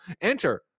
enter